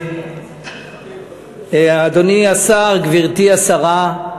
אדוני השר, גברתי השרה,